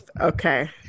Okay